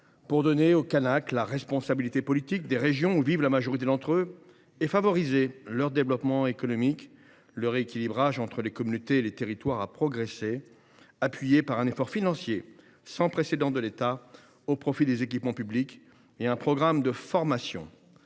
pour donner aux Kanaks la responsabilité politique des régions où vivent la majorité d’entre eux et favoriser leur développement économique. Le rééquilibrage entre les communautés et les territoires a progressé, appuyé par un effort financier sans précédent de l’État au profit des équipements publics et par un programme de formation.